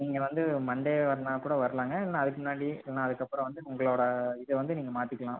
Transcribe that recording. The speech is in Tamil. நீங்கள் வந்து மண்டே வரனா கூட வர்லாங்க இல்லைனா அதுக்கு முன்னாடி இல்லைனா அதுக்கப்புறம் வந்து உங்களோட இதை வந்து நீங்கள் மாற்றிக்கிலாம்